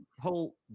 whole